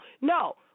No